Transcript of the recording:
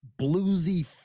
bluesy